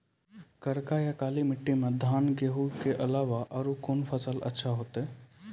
करार या काली माटी म धान, गेहूँ के अलावा औरो कोन फसल अचछा होतै?